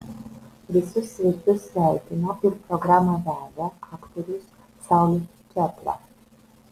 visus svečius sveikino ir programą vedė aktorius saulius čėpla